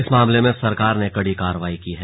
इस मामले में सरकार ने कड़ी कार्रवाई की है